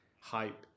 hype